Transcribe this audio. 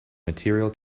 material